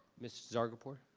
miss zargapur?